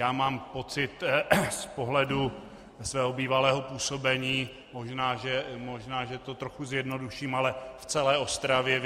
Já mám pocit z pohledu svého bývalého působení, možná, že to trochu zjednoduším, ale v celé Ostravě